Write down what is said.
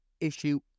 issue